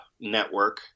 network